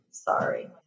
Sorry